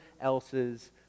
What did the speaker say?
else's